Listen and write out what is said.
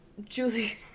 julie